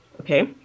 okay